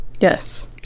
Yes